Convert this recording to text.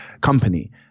company –